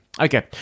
Okay